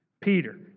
Peter